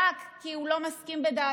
רק כי הוא לא מסכים לדעתם.